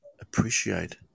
appreciate